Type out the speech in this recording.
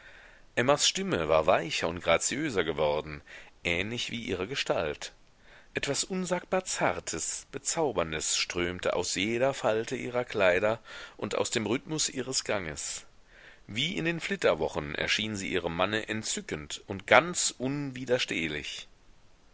emmas stimme war weicher und graziöser geworden ähnlich wie ihre gestalt etwas unsagbar zartes bezauberndes strömte aus jeder falte ihrer kleider und aus dem rhythmus ihres ganges wie in den flitterwochen erschien sie ihrem manne entzückend und ganz unwiderstehlich